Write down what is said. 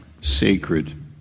sacred